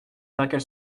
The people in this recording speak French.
qu’elles